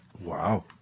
wow